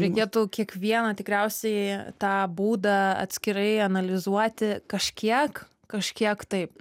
reikėtų kiekvieną tikriausiai tą būdą atskirai analizuoti kažkiek kažkiek taip